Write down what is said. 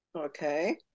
okay